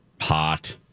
Hot